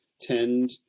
tend